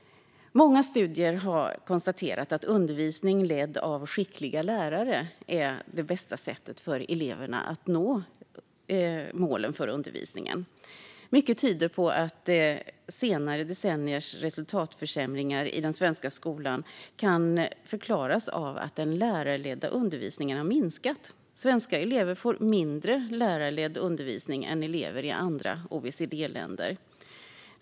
Många studier har konstaterat att undervisning ledd av skickliga lärare är det bästa sättet för elever att nå målen för undervisningen. Mycket tyder på att senare decenniers resultatförsämringar i den svenska skolan kan förklaras av att den lärarledda undervisningen har minskat. Svenska elever får mindre lärarledd undervisning än elever i andra OECD-länder.